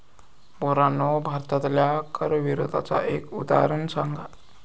पोरांनो भारतातल्या कर विरोधाचा एक उदाहरण सांगा